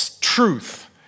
truth